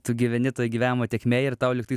tu gyveni toj gyvenimo tėkmėj ir tau lyg tai